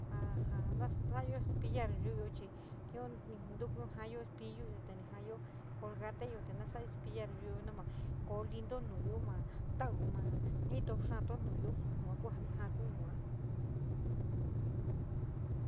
Ja ja nasa´ayo cepillar yu´uyo ní jaayo cepillu yo ní jaayo colgate yua te na sarayo cepillar yuyuyo na mato. Ínado nuyuyo nomatitau, ma ntito xaayo nu´uyo yua ku ja níí ja´ato yua.